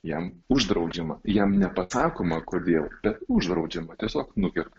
jam uždraudžiama jam nepasakoma kodėl bet uždraudžiama tiesiog nukerta